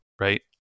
right